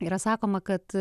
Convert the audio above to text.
yra sakoma kad